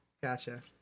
Gotcha